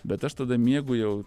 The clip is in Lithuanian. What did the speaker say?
bet aš tada miegu jau